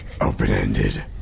Open-ended